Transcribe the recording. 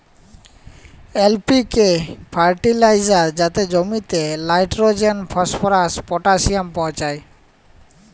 LPK fertiliser যাতে জমিতে nitrogen, phosphorus, potassium পৌঁছায়